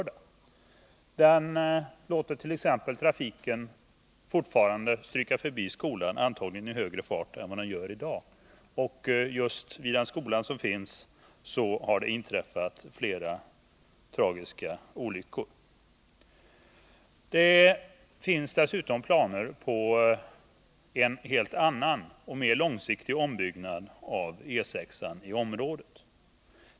Den låter t.ex. trafiken fortfarande stryka förbi skolan, antagligen i högre fart än i dag. Just vid den skolan har det inträffat flera tragiska olyckor. Det finns dessutom planer på en helt annan och mer långsiktig ombyggnad avE 6 i området.